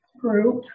group